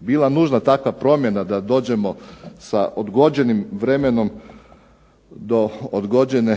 bila nužna takva promjena da dođemo sa odgođenim vremenom do odgođene